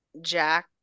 Jack